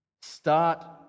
start